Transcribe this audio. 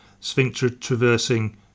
sphincter-traversing